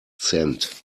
cent